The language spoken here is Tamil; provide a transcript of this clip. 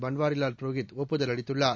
பன்வாரிவால் புரோஹித் ஒப்புதல் அளித்துள்ளார்